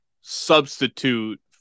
substitute